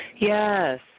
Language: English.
Yes